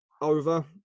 over